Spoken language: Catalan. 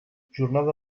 jornada